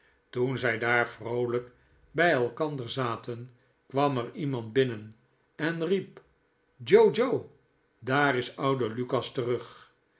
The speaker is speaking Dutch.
toen zij daar vroolijk bij elkander zaten kwam er iemand binnen en riep joe joe daar is oude lukas terug